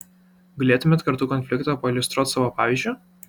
galėtumėt kartų konfliktą pailiustruot savo pavyzdžiu